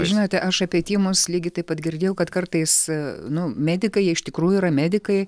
žinote aš apie tymus lygiai taip pat girdėjau kad kartais nu medikai jie iš tikrųjų yra medikai